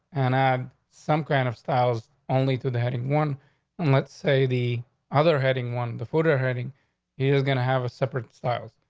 and i had some kind of styles on lee to the heading one and let's say the other heading one. the photo heading he is gonna have a separate styles.